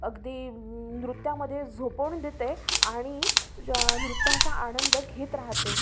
अगदी नृत्यामध्ये झोपून देते आणि ज नृत्यांचा आनंद घेत राहते